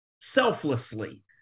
selflessly